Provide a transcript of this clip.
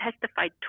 testified